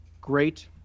great